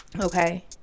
Okay